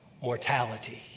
Mortality